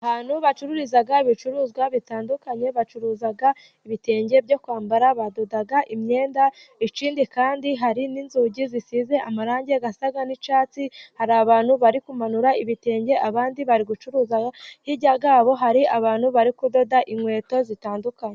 Ahantu bacururiza ibicuruzwa bitandukanye, bacuruza ibitenge byo kwambara, badoda imyenda, ikindi kandi hari n'inzugi zisize amarangi asa n'icyatsi, hari abantu bari kumanura ibitenge abandi bari gucuruza, hirya yabo hari abantu bari kudoda inkweto zitandukanye.